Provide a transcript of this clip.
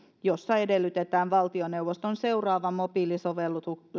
jossa edellytetään valtioneuvoston seuraavan mobiilisovelluksen